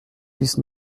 dix